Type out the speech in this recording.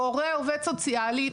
או הורה עובד סוציאלי,